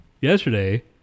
Yesterday